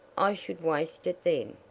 i should waste it then.